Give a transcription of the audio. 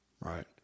Right